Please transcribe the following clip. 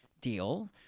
deal